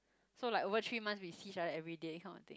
so like over three months we see each other everyday kind of thing